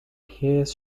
his